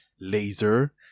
laser